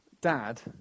dad